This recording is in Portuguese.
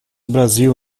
brasil